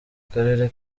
karere